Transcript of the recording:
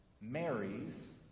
marries